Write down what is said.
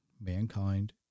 mankind